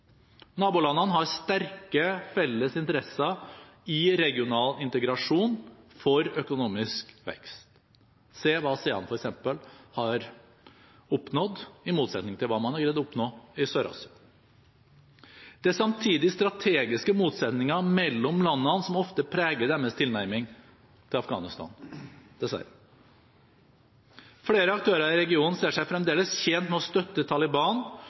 Nabolandene har sterke felles interesser i regional integrasjon for økonomisk vekst. Se hva ASEAN f.eks. har oppnådd, i motsetning til hva man har greid å oppnå i Sør-Asia. Det er samtidig strategiske motsetninger mellom landene som ofte preger deres tilnærming til Afghanistan – dessverre. Flere aktører i regionen ser seg fremdeles tjent med å støtte Taliban